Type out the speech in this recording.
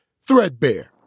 threadbare